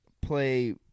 play